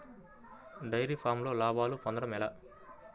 Dairy ఫామ్లో లాభాలు పొందడం ఎలా?